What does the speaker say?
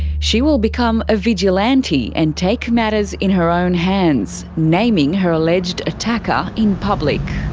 she will become a vigilante and take matters in her own hands, naming her alleged attacker in public.